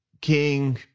King